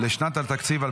(1)